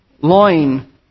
loin